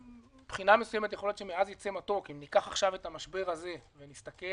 ומבחינה מסוימת יכול להיות שמעז יצא מתוק אם ניקח את